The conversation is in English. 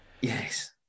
Yes